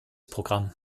programm